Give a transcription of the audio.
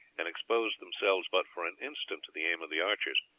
and exposed themselves but for an instant to the aim of the archers.